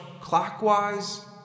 clockwise